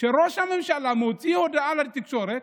שראש הממשלה מוציא הודעה לתקשורת,